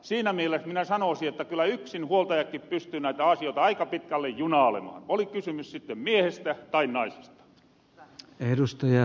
siinä mieles minä sanoosin että kyllä yksinhuoltajatkin pystyy näitä asioita aika pitkälle junaalemaan oli kysymys sitten miehestä tai naisesta